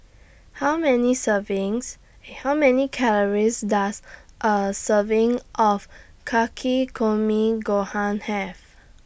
How Many servings How Many Calories Does A Serving of Takikomi Gohan Have